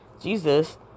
jesus